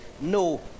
no